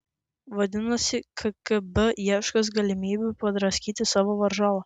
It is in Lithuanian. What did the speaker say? vadinasi kgb ieškos galimybių padraskyti savo varžovą